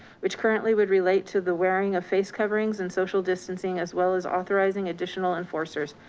which currently would relate to the wearing of face coverings and social distancing, as well as authorizing additional enforcers.